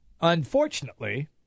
Unfortunately